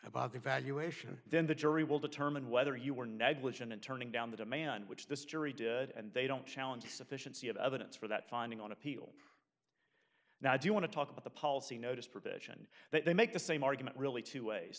about the valuation then the jury will determine whether you were negligent in turning down the demand which this jury did and they don't challenge the sufficiency of evidence for that finding on appeal now do you want to talk about the policy notice provision that they make the same argument really two ways